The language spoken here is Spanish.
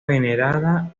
venerada